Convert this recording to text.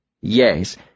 Yes